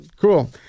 cool